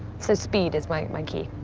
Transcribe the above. so speed is my my key,